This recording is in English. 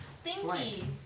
Stinky